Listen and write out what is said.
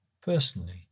Personally